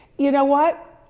you know what?